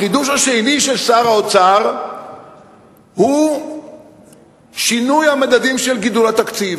החידוש השני של שר האוצר הוא שינוי המדדים של גידול התקציב.